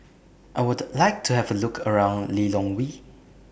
I Would like to Have A Look around Lilongwe